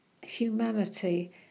Humanity